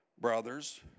brothers